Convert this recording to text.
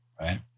right